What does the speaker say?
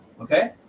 Okay